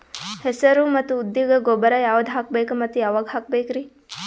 ಹೆಸರು ಮತ್ತು ಉದ್ದಿಗ ಗೊಬ್ಬರ ಯಾವದ ಹಾಕಬೇಕ ಮತ್ತ ಯಾವಾಗ ಹಾಕಬೇಕರಿ?